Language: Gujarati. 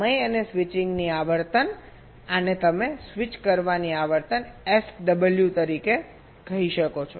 સમય અને સ્વિચિંગની આવર્તન આને તમે સ્વિચ કરવાની આવર્તન SW તરીકે કહી શકો છો